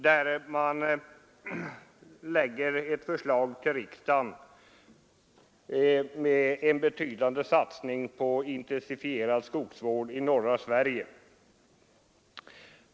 Där föreläggs riksdagen nämligen ett förslag om en betydande satsning på intensifierad skogsvård i norra Sverige.